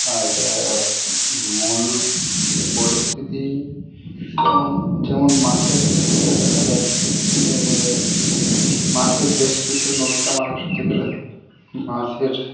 আর মূল পরিস্থিতি যেমন যেমন মাছের ক্ষেত্রে দেখা যায় যে মাছের বেশ কিছু নদী চামার করতে গেলে মাছের